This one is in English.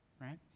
right